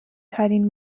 ترین